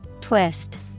Twist